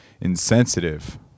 insensitive